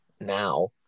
now